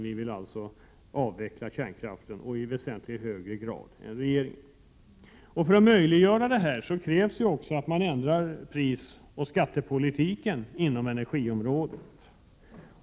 Vi vill alltså avveckla kärnkraften och göra det väsentligt mycket snabbare än vad regeringen vill. För att möjliggöra detta krävs att man ändrar prisoch skattepolitiken inom energiområdet.